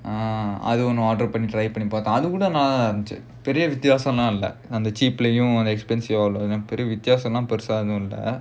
ah I don't know அது கூட நல்ல இருந்துச்சு பெரிய வித்யாசம்லாம் இல்ல:adhu kooda nalla irunthuchu periya vithyaasamlaam illa cheap expensive வித்யாசம்லாம் பெருசா எதுவும் இல்ல:vithyaasamlaam perusaa edhuvum illa